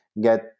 get